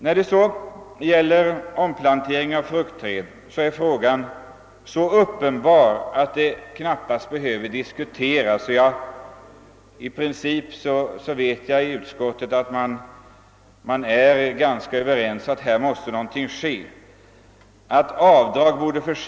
Vad sedan gäller omplanteringen av fruktträd är saken så uppenbar att den knappast behöver diskuteras. Jag vet också att man i utskottet i princip var ganska överens om att någonting måste ske på det området och att avdragen borde höjas.